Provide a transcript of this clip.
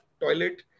toilet